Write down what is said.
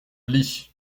lit